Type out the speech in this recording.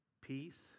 peace